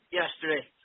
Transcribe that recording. yesterday